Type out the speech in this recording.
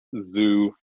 Zoo